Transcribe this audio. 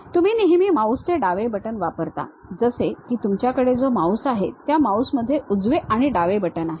तुम्ही नेहमी माऊसचे डावे बटण वापरता जसे की तुमच्याकडे जो माऊस आहे त्या माऊसमध्ये उजवे आणि डावे बटण असते